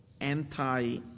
anti